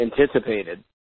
anticipated